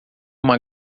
uma